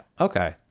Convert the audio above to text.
okay